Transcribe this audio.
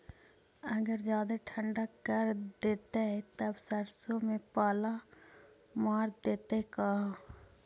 अगर जादे ठंडा कर देतै तब सरसों में पाला मार देतै का?